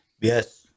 Yes